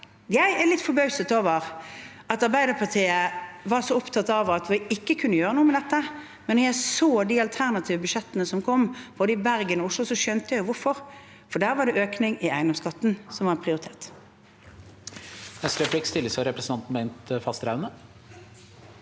Jeg var litt forbauset over at Arbeiderpartiet var så opptatt av at vi ikke kunne gjøre noe med dette. Da jeg så de alternative budsjettene som kom både i Bergen og i Oslo, skjønte jeg hvorfor: Der var det økning i eiendomsskatten som ble prioritert.